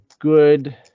good